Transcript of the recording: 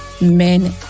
Men